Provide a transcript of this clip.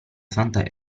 santa